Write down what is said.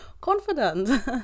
confident